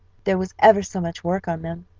there was ever so much work on them.